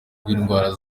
bw’indwara